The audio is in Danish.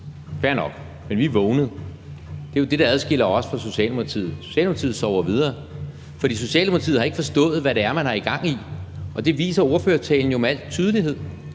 Fair nok. Men vi er vågnet. Det er jo det, der adskiller os fra Socialdemokratiet. Socialdemokratiet sover videre, for Socialdemokratiet har ikke forstået, hvad det er, man har gang i, og det viser ordførertalen jo med al tydelighed.